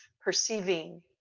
perceiving